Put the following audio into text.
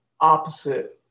opposite